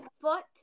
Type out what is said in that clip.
foot